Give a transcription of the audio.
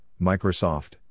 Microsoft